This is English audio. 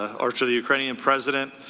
ah or to the ukrainian president.